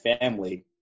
family